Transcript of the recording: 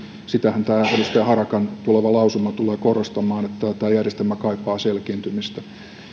sitähän tämä edustaja harakan tuleva lausuma tulee korostamaan että tämä järjestelmä kaipaa selkiintymistä